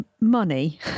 money